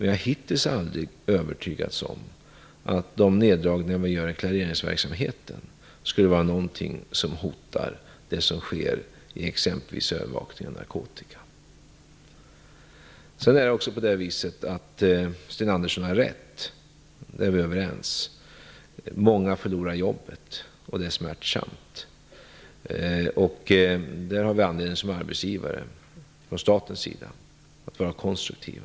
Jag har hittills aldrig övertygats om att de neddragningar vi gör i klareringsverksamheten skulle vara någonting som hotar exempelvis övervakningen mot införsel av narkotika. Sten Andersson har rätt i, där är vi överens, att många förlorar jobbet. Det är smärtsamt. Där har staten som arbetsgivare anledning att vara konstruktiv.